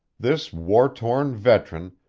this war-worn veteran,